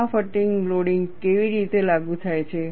અને આ fatigue loading કેવી રીતે લાગુ થાય છે